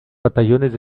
batallones